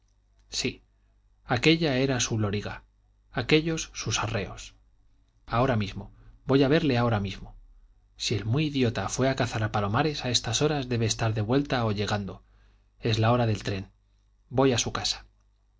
sí aquella era su loriga aquéllos sus arreos ahora mismo voy a verle ahora mismo si el muy idiota fue a cazar a palomares a estas horas debe de estar de vuelta o llegando es la hora del tren voy a su casa